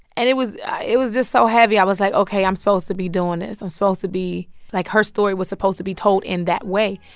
and it was it was just so heavy. i was like, ok. i'm supposed to be doing this. i'm supposed to be like, her story was supposed to be told in that way.